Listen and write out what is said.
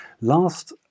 last